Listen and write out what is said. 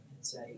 say